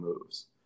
moves